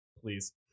Please